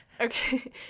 okay